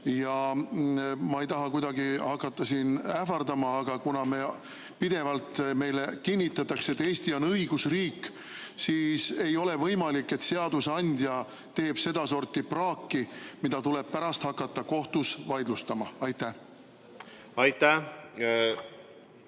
Ma ei taha kuidagi hakata siin ähvardama, aga kuna pidevalt meile kinnitatakse, et Eesti on õigusriik, siis ei ole võimalik, et seadusandja teeb sedasorti praaki, mida tuleb pärast hakata kohtus vaidlustama. Aitäh! Ma